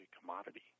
commodity